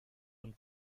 und